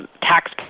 tax